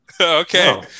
Okay